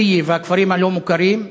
לקיה והכפרים הלא-מוכרים.